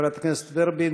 חברת הכנסת ורבין,